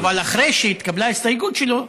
אבל אחרי שהתקבלה ההסתייגות שלו,